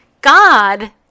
God